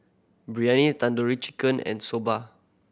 Biryani Tandoori Chicken and Soba